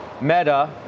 Meta